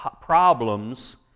problems